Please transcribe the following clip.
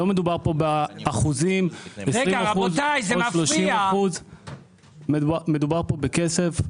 לא מדובר פה באחוזים, 20% או 30%. מדובר פה בכסף.